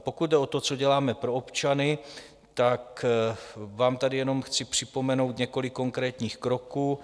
Pokud jde o to, co děláme pro občany, tak vám tady jenom chci připomenout několik konkrétních kroků.